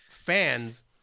fans